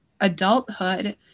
adulthood